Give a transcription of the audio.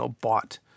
bought